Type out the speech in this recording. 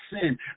sin